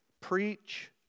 Preach